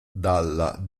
dalla